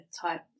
type